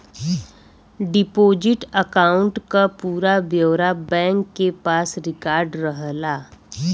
deposit account क पूरा ब्यौरा बैंक के पास रिकार्ड रहला